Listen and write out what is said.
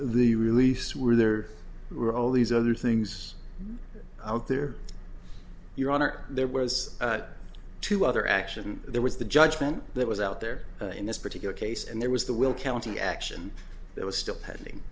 the release were there were all these other things out there your honor there was two other action there was the judgment that was out there in this particular case and there was the will county action that was still pending